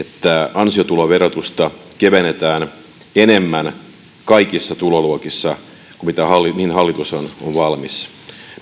ansiotulon verotusta kevennetään enemmän kaikissa tuloluokissa kuin mihin hallitus on valmis